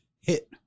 hit